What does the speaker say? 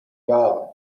jahren